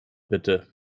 bitte